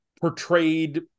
portrayed